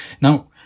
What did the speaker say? Now